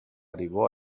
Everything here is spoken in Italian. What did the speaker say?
arrivò